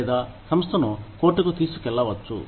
లేదా సంస్థను కోర్టుకు తీసుకెళ్లవచ్చు